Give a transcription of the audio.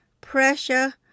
pressure